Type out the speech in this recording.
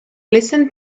listened